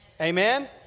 Amen